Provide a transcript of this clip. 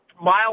Mile